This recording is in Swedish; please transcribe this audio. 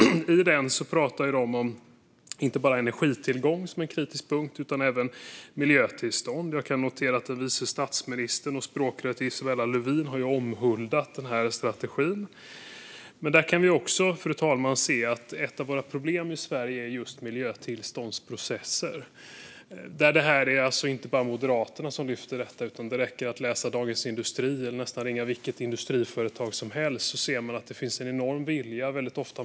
I den pratar man inte bara om energitillgång, som är en kritisk punkt, utan även om miljötillstånd. Jag har noterat att vice statsministern och språkröret Isabella Lövin har omhuldat den här strategin. Men också här, fru talman, kan vi se att ett av problemen i Sverige är miljötillståndsprocesser. Det är alltså inte bara Moderaterna som lyfter detta. Det räcker att läsa Dagens industri eller ringa nästan vilket industriföretag som helst för att se att det ofta finns en enorm vilja.